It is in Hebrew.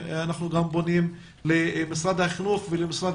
ואנחנו גם פונים למשרד החינוך ולמשרד